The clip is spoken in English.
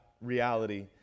reality